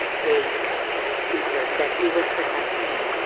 the teacher said he would protect me.